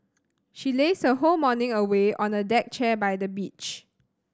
she lazed her whole morning away on a deck chair by the beach